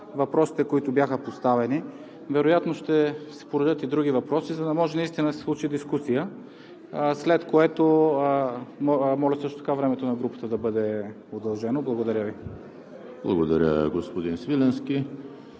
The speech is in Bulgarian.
въпросите, които бяха поставени. Вероятно ще се породят и други въпроси, за да може наистина да се случи дискусия. Моля също така времето на групата да бъде удължено. Благодаря Ви. ПРЕДСЕДАТЕЛ